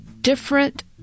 different